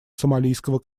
сомалийского